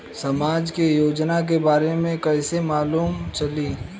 समाज के योजना के बारे में कैसे मालूम चली?